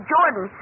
Jordan